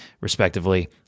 respectively